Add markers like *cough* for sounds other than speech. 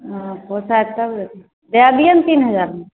हॅं पइसा तब *unintelligible* दए दियौ ने तीन हजारमे